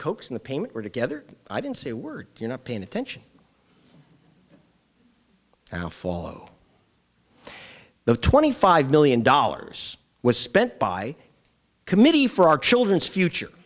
cokes in the payment were together i didn't say were you not paying attention now follow the twenty five million dollars was spent by committee for our children's future